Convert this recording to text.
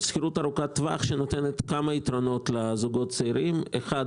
שנותנת כמה יתרונות לזוגות הצעירים: ראשית,